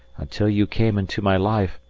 until you came into my life,